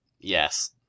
Yes